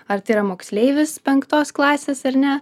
ar tai yra moksleivis penktos klasės ar ne